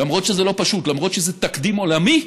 למרות שזה לא פשוט, למרות שזה תקדים עולמי,